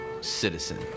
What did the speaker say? citizen